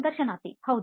ಸಂದರ್ಶನಾರ್ಥಿಹೌದು